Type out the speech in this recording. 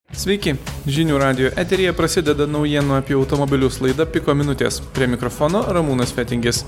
sveiki žinių radijo eteryje prasideda naujienų apie automobilius laida piko minutės prie mikrofono ramūnas fetingis